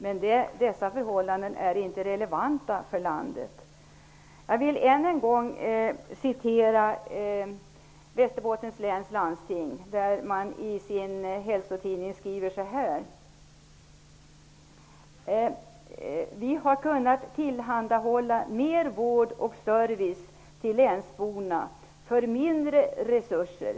Men dessa förhållanden är inte relevanta för landet. Jag vill än en gång referera till hälsotidningen i Västerbottens läns landsting. Där säger sjukvårdsdirektören i det socialdemokratiskt styrda Västerbottens läns landsting att man har kunnat tillhandahålla mer vård och service till länsborna för mindre resurser.